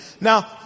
Now